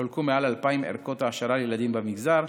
חולקו מעל 2,000 ערכות העשרה לילדים במגזר.